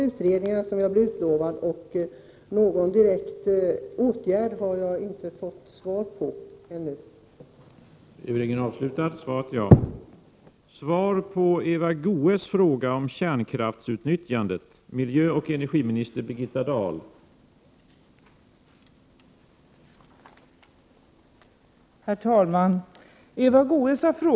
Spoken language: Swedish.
Utredningar har utlovats, men jag har ännu inte fått besked om någon direkt åtgärd.